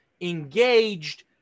engaged